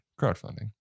crowdfunding